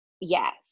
Yes